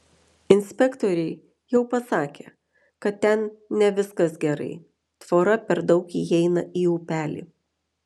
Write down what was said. inspektoriai jau pasakė kad ten ne viskas gerai tvora per daug įeina į upelį